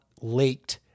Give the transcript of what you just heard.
leaked-